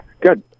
good